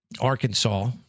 Arkansas